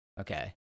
Okay